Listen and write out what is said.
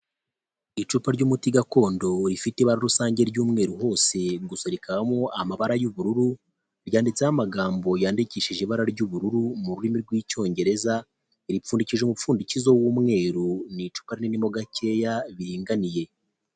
Icupa ry'umuti gakondo rifite ibara rusange ry'umweru hose gusa rikabamo amabara y'ubururu, ryanditseho amagambo yandikishije ibara ry'ubururu mu rurimi rw'icyongereza ripfundikije umupfundikizo w'umweru ni icupa ri nini mo ga nkeya riringaniye.